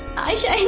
ayesha.